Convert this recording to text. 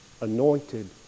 anointed